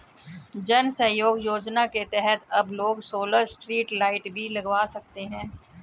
जन सहयोग योजना के तहत अब लोग सोलर स्ट्रीट लाइट भी लगवा सकते हैं